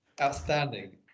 Outstanding